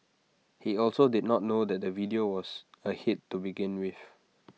he also did not know that the video was A hit to begin with